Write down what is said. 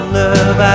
love